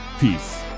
peace